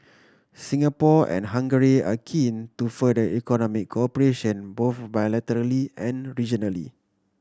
Singapore and Hungary are keen to further economic cooperation both bilaterally and regionally